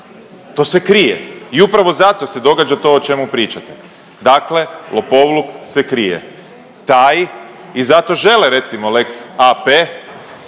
to se krije, i upravo zato se događa to o čemu pričate. Dakle, lopovluk se krije taj i zato žele recimo lex AP